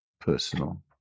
personal